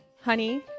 honey